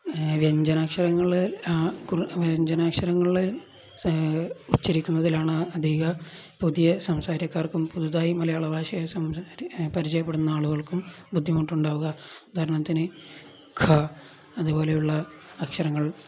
ആ വ്യഞ്ജനാക്ഷരങ്ങളില് വ്യഞ്ജനാക്ഷരങ്ങളില് ഉച്ചിരിക്കുന്നതിലാണ് അധിക പുതിയ പുതുതായി മലയാള ഭാഷയെ പരിചയപ്പെടുന്ന ആളുകൾക്കും ബുദ്ധിമുട്ടുണ്ടാവുക ഉദാഹരണത്തിന് ഖ അതുപോലെയുള്ള അക്ഷരങ്ങൾ